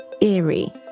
eerie